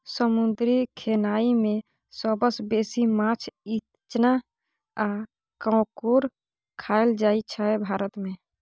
समुद्री खेनाए मे सबसँ बेसी माछ, इचना आ काँकोर खाएल जाइ छै भारत मे